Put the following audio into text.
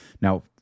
Now